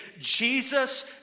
Jesus